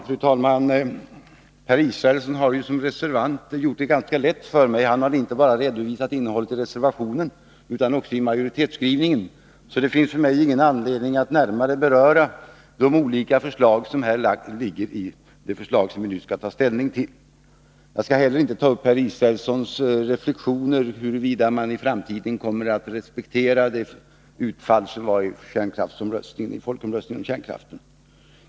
Fru talman! Per Israelsson har som reservant gjort det ganska lätt för mig. Han har redovisat innehållet inte bara i reservationen utan också i majoritetsskrivningen, så jag har ingen anledning att närmare beröra de olika förslag som vi nu skall ta ställning till. Jag skall inte heller beröra Per Israelssons reflexion, huruvida man i framtiden kommer att respektera utfallet av folkomröstningen om kärnkraften.